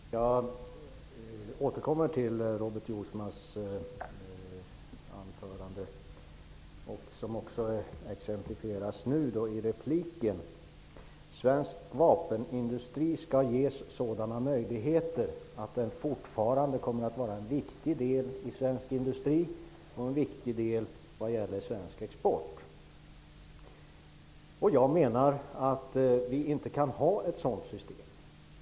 Herr talman! Jag återkommer till Robert Jousmas anförande, och det som han också tar upp i sin replik. Han säger att svensk vapenindustri skall ges sådana möjligheter att den fortfarande kommer att vara en viktig del i svensk industri och svensk export. Jag menar att vi inte kan ha ett sådant system.